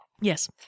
Yes